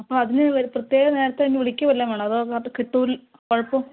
അപ്പോൾ അതിന് ഒരു പ്രത്യേക നേരത്തെ തന്നെ വിളിക്കുകയോ വല്ലതും വേണോ അതോ അപ്പം കിട്ടൂൽ കുഴപ്പം